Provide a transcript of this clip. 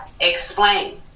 Explain